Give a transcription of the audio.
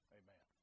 amen